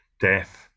death